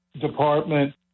Department